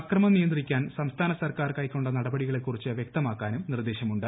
അക്രമം നിയന്ത്രിക്കാൻ സംസ്ഥാന സർക്കാർ കൈക്കൊണ്ട നടപടികളെക്കുറിച്ച് വൃക്തമാക്കാനും നിർദേശമുണ്ട്